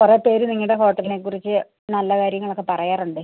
കുറേ പേര് നിങ്ങളുടെ ഹോട്ടലിനെ കുറിച്ചു നല്ല കാര്യങ്ങളൊക്ക പറയാറുണ്ട്